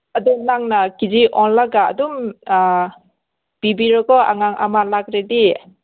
ꯑꯗꯨ ꯅꯪꯅ ꯀꯤ ꯖꯤ ꯑꯣꯜꯂꯒ ꯑꯗꯨꯝ ꯄꯤꯕꯤꯔꯣꯀꯣ ꯑꯉꯥꯡ ꯑꯃ ꯂꯥꯛꯂꯗꯤ